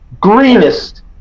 greenest